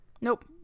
nope